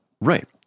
Right